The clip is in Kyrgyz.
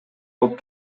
алып